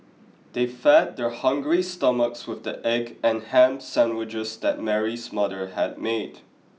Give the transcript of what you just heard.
they fed their hungry stomachs with the egg and ham sandwiches that Mary's mother had made